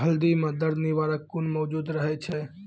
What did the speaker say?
हल्दी म दर्द निवारक गुण मौजूद रहै छै